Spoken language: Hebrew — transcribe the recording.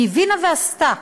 היא הבינה ועשתה.